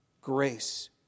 grace